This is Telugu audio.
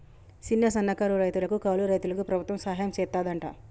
సిన్న, సన్నకారు రైతులకు, కౌలు దారులకు ప్రభుత్వం సహాయం సెత్తాదంట